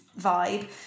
vibe